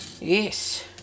yes